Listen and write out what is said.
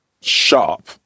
sharp